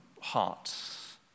hearts